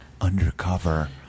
Undercover